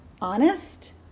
honest